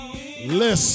Listen